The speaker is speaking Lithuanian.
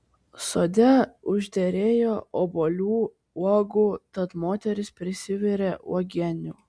sode užderėjo obuolių uogų tad moteris prisivirė uogienių